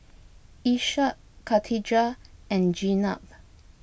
Ishak Katijah and Jenab